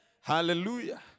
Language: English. Hallelujah